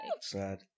Sad